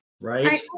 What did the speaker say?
Right